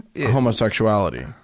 homosexuality